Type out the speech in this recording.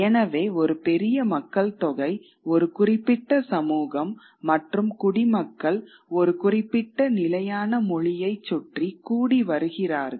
எனவே ஒரு பெரிய மக்கள் தொகை ஒரு குறிப்பிட்ட சமூகம் மற்றும் குடிமக்கள் ஒரு குறிப்பிட்ட நிலையான மொழியைச் சுற்றி கூடிவருகிறார்கள்